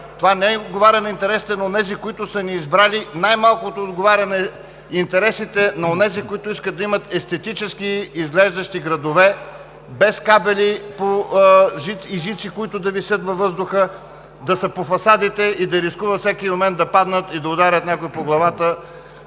това не отговаря на интересите на онези, които са ни избрали, най-малкото отговаря на интересите на онези, които искат да имат естетически изглеждащи градове без кабели и жици, които да висят във въздуха, да са по фасадите и да рискуват всеки момент да паднат и да ударят някой по главата.